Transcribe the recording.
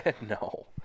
No